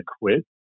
quit